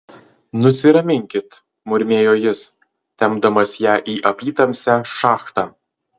nusiraminkit murmėjo jis tempdamas ją į apytamsę šachtą